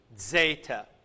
Zeta